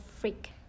freak